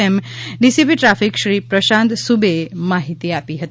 તેમ DCP traffic Shri Prashant સુબેએ માહિતી આપી હતી